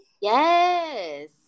yes